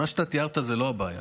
מה שאתה תיארת זה לא הבעיה.